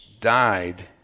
died